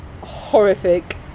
horrific